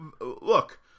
look